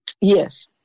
Yes